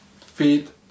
feet